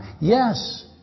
Yes